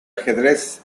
ajedrez